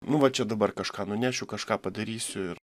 nu va čia dabar kažką nunešiu kažką padarysiu ir